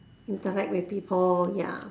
interact with people ya